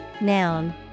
noun